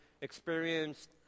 experienced